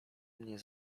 mnie